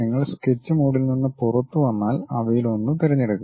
നിങ്ങൾ സ്കെച്ച് മോഡിൽ നിന്ന് പുറത്തുവന്നാൽ അവയിലൊന്ന് തിരഞ്ഞെടുക്കുക